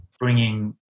bringing